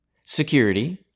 security